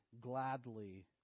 gladly